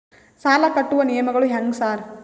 ಸಾಲ ಕಟ್ಟುವ ನಿಯಮಗಳು ಹ್ಯಾಂಗ್ ಸಾರ್?